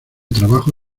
trabajo